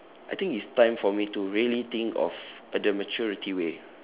I think it's time for me to really think of uh the maturity way